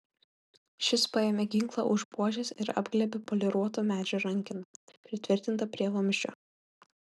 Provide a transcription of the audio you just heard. šis paėmė ginklą už buožės ir apglėbė poliruoto medžio rankeną pritvirtintą prie vamzdžio